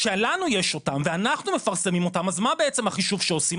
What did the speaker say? כשלנו יש אותם ואנחנו מפרסמים אותם אז מה בעצם החישוב שעושים,